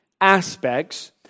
aspects